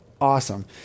awesome